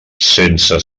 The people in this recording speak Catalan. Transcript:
sense